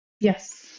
Yes